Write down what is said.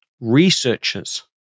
researchers